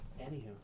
Anywho